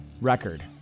record